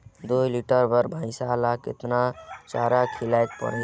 दुई लीटर बार भइंसिया ला कतना चारा खिलाय परही?